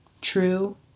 True